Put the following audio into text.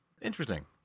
Interesting